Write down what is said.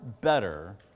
better